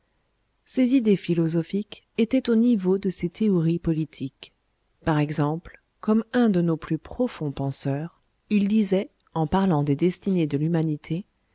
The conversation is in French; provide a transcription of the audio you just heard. ses idées philosophiques étaient au niveau de ses théories politiques par exemple comme un de nos plus profonds penseurs il disait en parlant des destinées de l'humanité